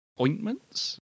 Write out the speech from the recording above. Ointments